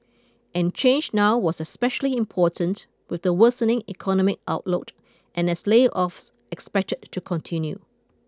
and change now was especially important with the worsening economic outlook and as layoffs expected to continue